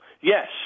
Yes